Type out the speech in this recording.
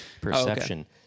Perception